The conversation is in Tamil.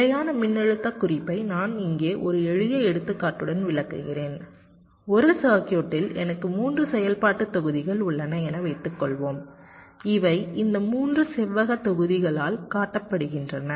நிலையான மின்னழுத்த குறைப்பை நான் இங்கே ஒரு எளிய எடுத்துக்காட்டுடன் விளக்குகிறேன் ஒரு சர்க்யூட்டில் எனக்கு 3 செயல்பாட்டு தொகுதிகள் உள்ளன என வைத்துக்கொள்வோம் இவை இந்த 3 செவ்வகத் தொகுதிகளால் காட்டப்படுகின்றன